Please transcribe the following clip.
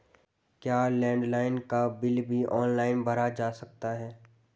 क्या लैंडलाइन का बिल भी ऑनलाइन भरा जा सकता है?